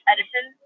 Edison